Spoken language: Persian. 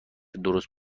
درست